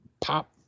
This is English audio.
pop